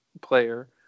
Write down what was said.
player